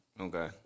Okay